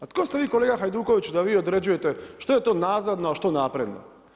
A tko ste vi kolega Hajdukoviću, da vi određujete što je to nazadno a što napredno?